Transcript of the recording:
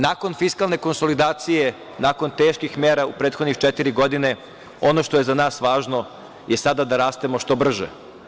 Nakon fiskalne konsolidacije, nakon teških mera u prethodnih četiri godine ono što je za nas važno je sada da rastemo što brže.